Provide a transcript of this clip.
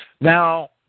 Now